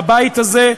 בבית הזה,